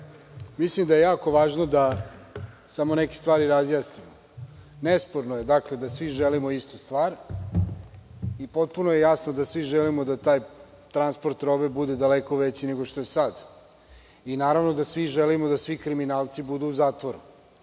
mislim da je jako važno da samo neke stvari razjasnimo. Nesporno je da svi želimo istu stvar i potpuno je jasno da svi želimo da taj transport robe bude daleko veći nego što je sada. Naravno, svi želimo da svi kriminalci budu u zatvoru.